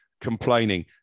complaining